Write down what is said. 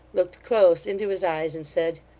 looked close into his eyes, and said,